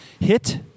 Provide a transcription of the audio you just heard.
hit